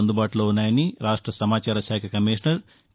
అందుబాటులో ఉన్నాయని రాష్ట సమాచార శాఖ కమిషనర్టీ